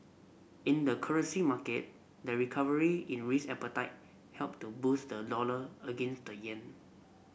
in the currency market the recovery in risk appetite helped to boost the dollar against the yen